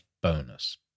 bonus